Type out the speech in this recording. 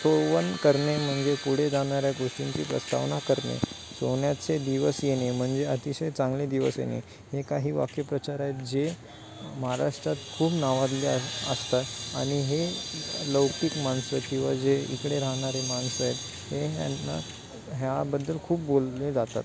सुतोवन करणे म्हणजे पुढे जाणाऱ्या गोष्टींची प्रस्तावना करणे सोन्याचे दिवस येणे म्हणजे अतिशय चांगले दिवस येणे हे काही वाक्यप्रचार आहेत जे महाराष्ट्रात खूप नावाजले असतात आणि हे लौकिक माणसं किंवा जे इकडे राहणारे माणसं आहेत हे त्यांना ह्याबद्दल खूप बोलले जातात